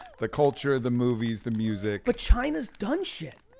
the culture, the movies, the music. but china's done shit.